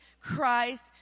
Christ